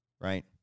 Right